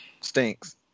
Stinks